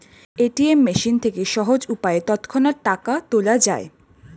ATM machine থেকে সহজ উপায়ে তৎক্ষণাৎ টাকা তোলা যায়